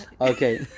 Okay